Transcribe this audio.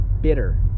bitter